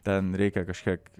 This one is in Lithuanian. ten reikia kažkiek